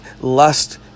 lust